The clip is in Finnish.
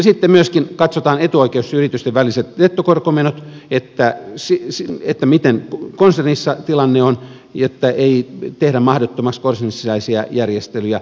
sitten myöskin katsotaan etuoikeusyritysten väliset nettokorkomenot että miten tilanne konsernissa on jotta ei tehdä mahdottomaksi konsernin sisäisiä järjestelyjä